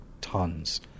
tons